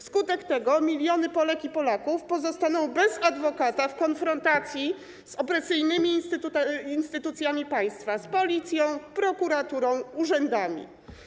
Wskutek tego miliony Polek i Polaków pozostaną bez adwokata w konfrontacji z opresyjnymi instytucjami państwa: policją, prokuraturą, urzędami.